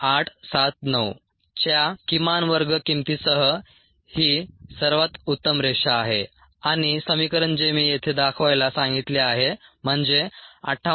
9879 च्या किमान वर्ग किंमतीसह ही सर्वात उत्तम रेषा आहे आणि समीकरण जे मी येथे दाखवायला सांगितले आहे म्हणजे 58